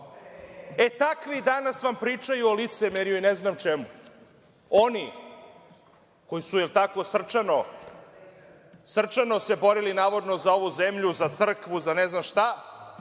E, takvi vam danas pričaju o licemerju i ne znam čemu, oni koji su se srčano borili, navodno, za ovu zemlju, za crkvu, za ne znam šta,